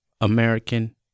American